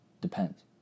depends